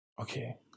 Okay